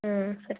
ಹ್ಞೂ ಸರಿ